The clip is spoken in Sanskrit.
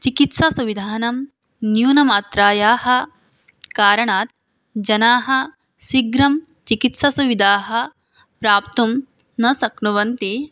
चिकित्सासुविधानां न्यूनमात्रायाः कारणात् जनाः शीघ्रं चिकित्सासुविधाः प्राप्तुं न शक्नुवन्ति